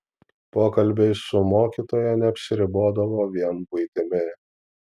pokalbiai su mokytoja neapsiribodavo vien buitimi